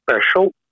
special